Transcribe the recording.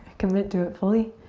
commit to it fully.